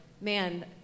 man